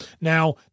Now